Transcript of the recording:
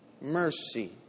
mercy